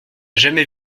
jamais